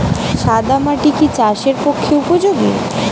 সাদা মাটি কি চাষের পক্ষে উপযোগী?